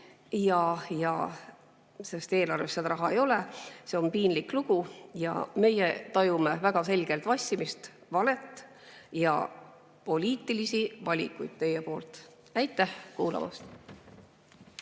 sest eelarves seda raha ei ole. See on piinlik lugu ja meie tajume väga selgelt vassimist, valet ja poliitilisi valikuid teie poolt. Aitäh kuulamast!